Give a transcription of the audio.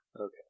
Okay